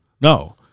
No